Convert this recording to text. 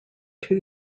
two